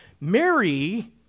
Mary